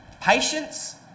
Patience